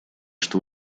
что